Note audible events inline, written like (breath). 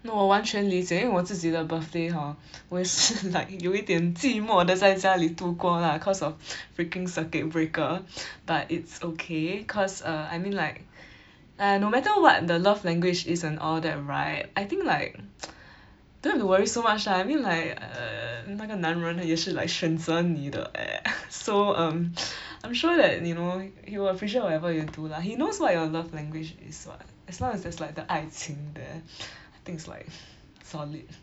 no 我完全理解因为我自己的 birthday hor 我也是 like 有一点寂寞的在家里度过啦 cause of freaking circuit breaker but it's okay cause err I mean like (breath) !aiya! no matter what the love language is and all that right I think like (noise) (breath) don't have to worry so much lah I mean like err 那个男人也是 like 选择你的 eh (coughs) so um (breath) I'm sure that 你 know he will appreciate whatever you do lah he knows what your love language is [what] as long as there's like the 爱情 there (breath) I think it's like (breath) solid